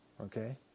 okay